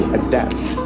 adapt